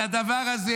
על הדבר הזה.